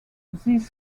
these